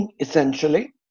essentially